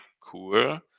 cool